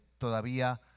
todavía